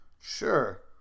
Sure